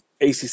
ACC